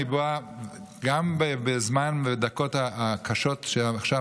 אני בא גם בזמן הקשה ובדקות הקשות עכשיו,